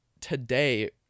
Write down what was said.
today